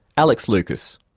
alex loukas.